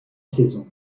saisons